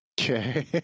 Okay